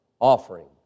offering